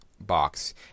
box